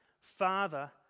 Father